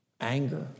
Anger